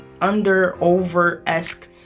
under-over-esque